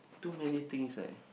too many things eh